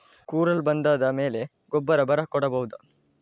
ಕುರಲ್ ಬಂದಾದ ಮೇಲೆ ಗೊಬ್ಬರ ಬರ ಕೊಡಬಹುದ?